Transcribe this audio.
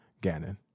Gannon